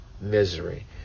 misery